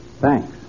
Thanks